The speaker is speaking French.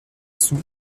sous